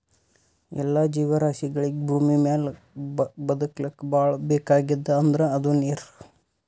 ಎಲ್ಲಾ ಜೀವರಾಶಿಗಳಿಗ್ ಭೂಮಿಮ್ಯಾಲ್ ಬದಕ್ಲಕ್ ಭಾಳ್ ಬೇಕಾಗಿದ್ದ್ ಅಂದ್ರ ಅದು ನೀರ್